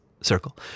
circle